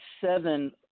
seven